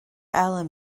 allan